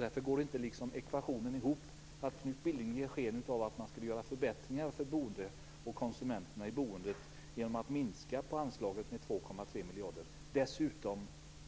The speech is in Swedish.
Därför går ekvationen inte ihop. Knut Billing ger sken av att föreslå förbättringar för de boende genom att minska anslaget med 2,3 miljarder. Dessutom